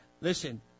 Listen